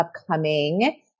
upcoming